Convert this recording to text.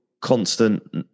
constant